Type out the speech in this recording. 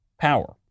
power